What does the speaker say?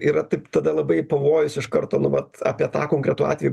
yra taip tada labai pavojus iš karto nu vat apie tą konkretų atvejį